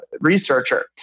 researcher